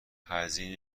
هزینه